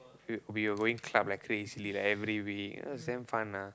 we we were going club like crazy like every week it was damn fun ah